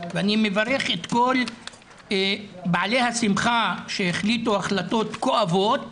ואני מברך את כל בעלי השמחה שהחליטו החלטות כואבות,